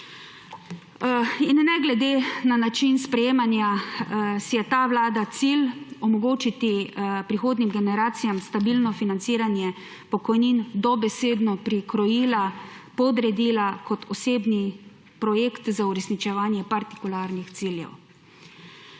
Ne glede na način sprejemanja, si je ta vlada cilj omogočiti prihodnjim generacijam stabilno financiranje pokojnin dobesedno prikrojila, podredila kot osebni projekt za uresničevanje partikularnih ciljev.